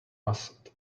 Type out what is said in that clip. must